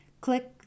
click